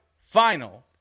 final